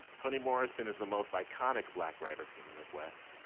toni morrison is the most iconic black writer from the midwest.